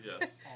Yes